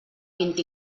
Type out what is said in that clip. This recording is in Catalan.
vint